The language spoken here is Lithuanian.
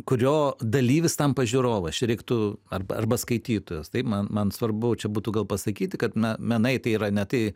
kurio dalyvis tampa žiūrovas čia reiktų arba arba skaitytojas taip man man svarbu čia būtų gal pasakyti kad menai tai yra ne tai